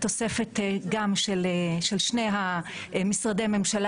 התוספת גם של שני משרדי הממשלה